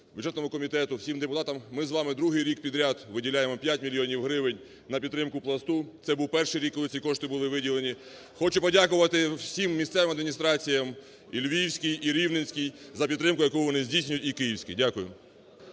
бюджетному комітету, всім депутатам. Ми з вами другий рік підряд виділяємо п'ять мільйонів гривень на підтримку "Пласту". Це був перший рік, коли ці кошти були виділені. Хочу подякувати всім місцевим адміністраціям, і Львівській, і Рівненській за підтримку, яку вони здійснюють, і Київській. Дякую.